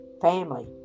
family